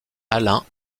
alain